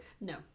No